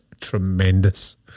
tremendous